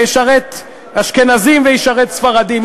וישרת אשכנזים וישרת ספרדים.